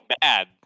bad